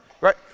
Right